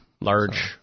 large